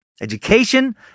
Education